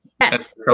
Yes